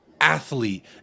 athlete